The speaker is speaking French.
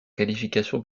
qualification